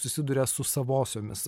susiduria su savosiomis